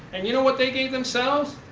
and you know what they gave themselves?